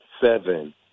seven